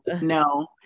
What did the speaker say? No